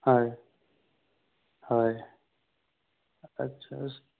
হয় হয় আচ্ছা